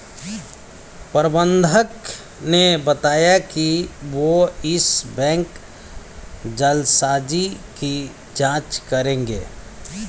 प्रबंधक ने बताया कि वो इस बैंक जालसाजी की जांच करेंगे